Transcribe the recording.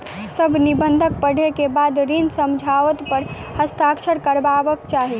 सभ निबंधन पढ़ै के बाद ऋण समझौता पर हस्ताक्षर करबाक चाही